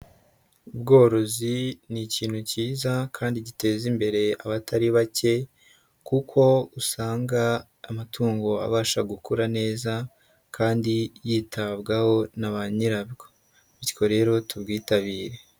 Ubworozi ni ikintu cyiza kandi giteza imbere abatari bake kuko usanga amatungo abasha gukura neza kandi yitabwaho na ba nyirabwo. Bityo rero tubwitabire.